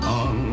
on